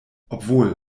obwohl